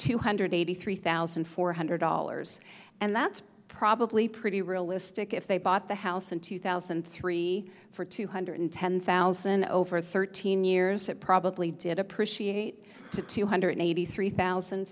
two hundred eighty three thousand four hundred dollars and that's probably pretty realistic if they bought the house in two thousand and three for two hundred ten thousand over thirteen years it probably did appreciate to two hundred eighty three thousand